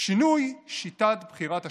שינוי שיטת בחירת השופטים.